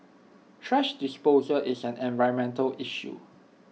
thrash disposal is an environmental issue